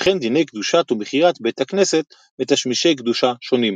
וכן דיני קדושת ומכירת בית הכנסת ותשמישי קדושה שונים.